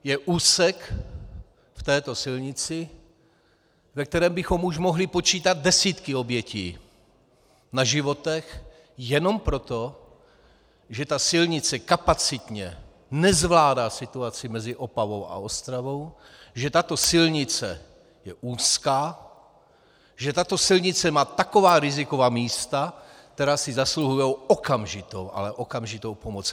Je v této silnici úsek, ve kterém bychom už mohli počítat desítky obětí na životech jenom proto, že silnice kapacitně nezvládá situaci mezi Opavou a Ostravou, že tato silnice je úzká, že tato silnice má taková riziková místa, která si zasluhují okamžitou, ale okamžitou pomoc.